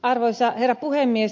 arvoisa herra puhemies